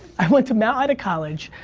i went to mt. ida college,